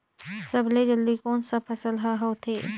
सबले जल्दी कोन सा फसल ह होथे?